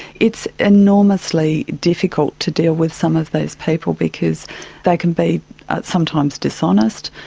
it's enormously difficult to deal with some of these people because they can be sometimes dishonest,